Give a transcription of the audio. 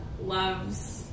loves